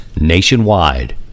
nationwide